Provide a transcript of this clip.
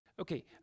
Okay